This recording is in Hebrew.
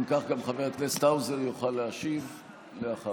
אם כך, חבר הכנסת האוזר יוכל להשיב אחרייך.